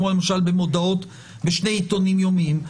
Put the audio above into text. כמו למשל במודעות בשני עיתונים יומיים,